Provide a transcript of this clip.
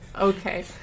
Okay